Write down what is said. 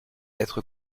être